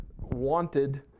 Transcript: wanted